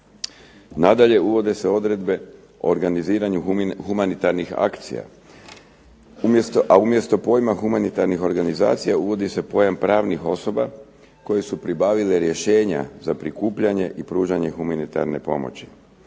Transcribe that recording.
Nadalje uvode se odredbe o organiziranju humanitarnih akcija, a umjesto pojma humanitarnih organizacija uvodi se pojam pravnih osoba koja su pribavile rješenja za prikupljanje i pružanje humanitarne pomoći.